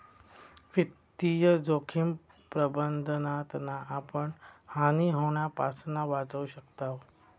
वित्तीय जोखिम प्रबंधनातना आपण हानी होण्यापासना वाचू शकताव